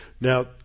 Now